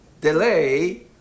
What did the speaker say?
DeLay